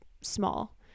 small